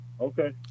Okay